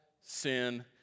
sin